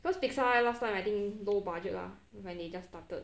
cause pixar last time I think low budget lah when they just started